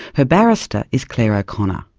her barrister is claire o'connor.